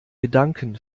gedanken